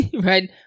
Right